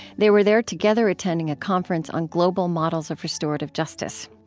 they were there together attending a conference on global models of restorative justice.